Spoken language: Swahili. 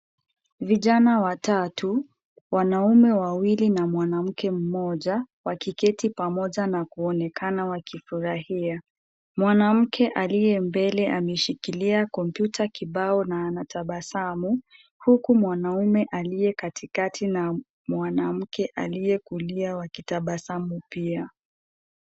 Vijana watatu, wanaume wawili na mwanamke mmoja, wakiketi pamoja na kuonekana wakifurahia. Mwanamke aliye mbele ameshikilia kompyuta kibao na anatabasamu, huku mwanaume aliye katikati na mwanamke aliye kulia wakitabasamu pia.